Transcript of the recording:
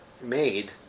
made